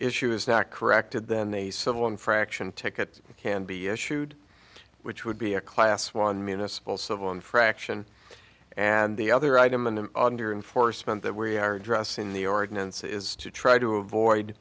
issue is not corrected then the civil infraction ticket can be issued which would be a class one municipal civil infraction and the other item and under and force meant that we are addressing the ordinance is to try to avoid